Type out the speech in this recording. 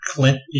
Clint